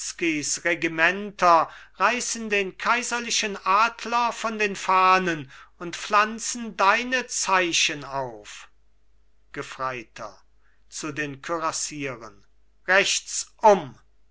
regimenter reißen den kaiserlichen adler von den fahnen und pflanzen deine zeichen auf gefreiter zu den kürassieren rechts um